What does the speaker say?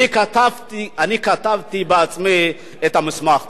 אני כתבתי בעצמי את המסמך.